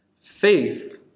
Faith